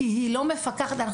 אנחנו לא חומר.